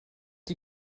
die